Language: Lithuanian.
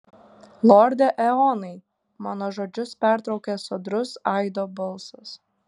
lorde eonai mano žodžius pertraukė sodrus aido balsas